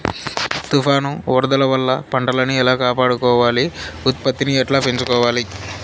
తుఫాను, వరదల వల్ల పంటలని ఎలా కాపాడుకోవాలి, ఉత్పత్తిని ఎట్లా పెంచుకోవాల?